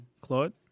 Claude